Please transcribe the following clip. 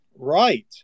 Right